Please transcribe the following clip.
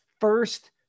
first